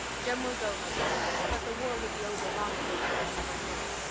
jem will go, most likely but the war will be over long before he gets anywhere near it.